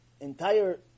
entire